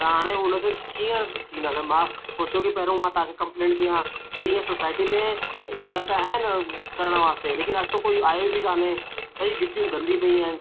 हुनखे कीअं थींदसि मां सोचियो की पहिरियों मां तव्हांखे कम्पलेंट कयां ॿी हीअं सोसाईटी में ईंदा त आहिनि करण वास्ते लेकिन अॼु त कोई आयो बि कोन्हे सॼियूं घिटियूं गंदी पियूं आहिनि